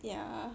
yeah